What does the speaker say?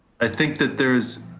i think that there's,